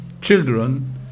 children